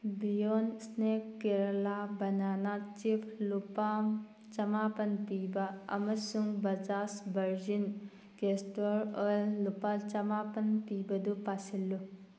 beyond snack Kerala banana chip ꯂꯨꯄꯥ ꯆꯃꯥꯄꯟ ꯄꯤꯕ ꯑꯃꯁꯨꯡ ꯕꯖꯥꯖ ꯕꯔꯖꯤꯟ ꯀꯦꯁꯇꯔ ꯑꯣꯏꯜ ꯂꯨꯄꯥ ꯆꯃꯥꯄꯟ ꯄꯤꯕꯗꯨ ꯄꯥꯁꯤꯜꯂꯨ